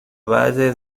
valle